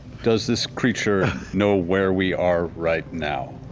does this creature know where we are, right now,